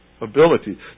Ability